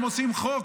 הם עושים חוק,